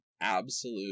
absolute